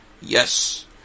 yes